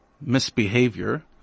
misbehavior